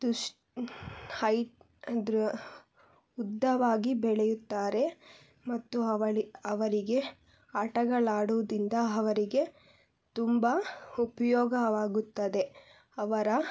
ದುಶ್ ಹೈ ದೃ ಉದ್ದವಾಗಿ ಬೆಳೆಯುತ್ತಾರೆ ಮತ್ತು ಅವಳು ಅವರಿಗೆ ಆಟಗಳಾಡುದಿಂದ ಅವರಿಗೆ ತುಂಬ ಉಪಯೋಗವಾಗುತ್ತದೆ ಅವರ